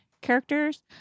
characters